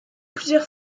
plusieurs